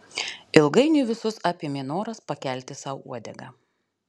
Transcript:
ilgainiui visus apėmė noras pakelti sau uodegą